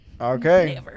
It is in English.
Okay